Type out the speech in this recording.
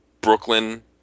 Brooklyn